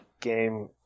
game